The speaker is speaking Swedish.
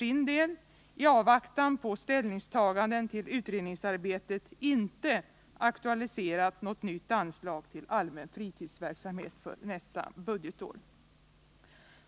I avvaktan på ställningstaganden till utredningsarbetet har ungdomsrådet för sin del inte aktualiserat något nytt anslag till allmän fritidsverksamhet för nästa budgetår.